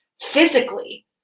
physically